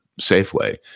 Safeway